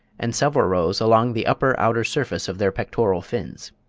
and several rows along the upper outer surface of their pectoral fins.